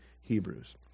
hebrews